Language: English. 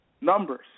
numbers